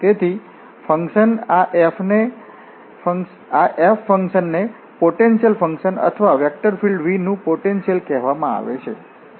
તેથી ફંક્શન આ f ને પોટેન્શિયલ ફંકશન અથવા વેક્ટર ફિલ્ડ V નું પોટેન્શિયલ કહેવામાં આવે છે